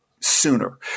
Sooner